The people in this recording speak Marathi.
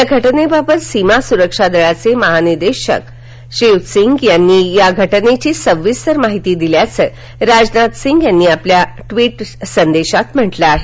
या घटनेबाबत सीमा सुरक्षा दलाचे महानिदेशकांनी सिंग यांना या घटनेची सविस्तर माहिती दिल्याचं राजनाथ सिंग यांनी आपल्या ट्विट संदेशात म्हटलं आहे